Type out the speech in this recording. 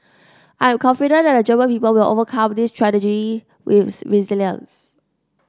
I am confident that the German people will overcome this tragedy with resilience